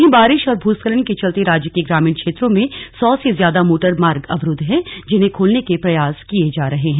वहीं बारिश और भूस्खलन के चलते राज्य के ग्रामीण क्षेत्रों में सौ से ज्यादा मोटर मार्ग अवरूद्व हैं जिन्हें खोलने के प्रयास किए जा रहे हैं